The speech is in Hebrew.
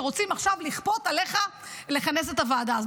ורוצים עכשיו לכפות עליך לכנס את הוועדה.